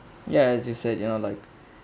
ya as you said you know like